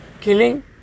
killing